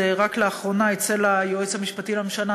רק לאחרונה אצל היועץ המשפטי לממשלה,